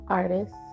artist